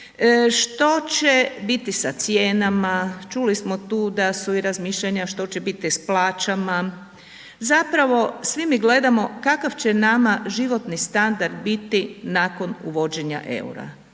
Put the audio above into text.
što će biti sa cijenama, čuli smo tu da su i razmišljanja što će biti s plaćama, zapravo svi mi gledamo kakav će nama životni standard biti nakon uvođenja eura,